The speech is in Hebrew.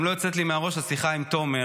גם לא יוצאת לי מהראש השיחה עם תומר,